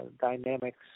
dynamics